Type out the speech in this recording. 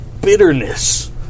bitterness